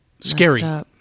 scary